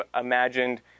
imagined